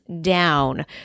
down